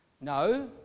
No